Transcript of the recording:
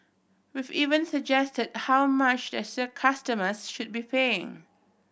we've even suggest how much their customers should be paying